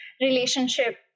relationship